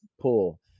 pool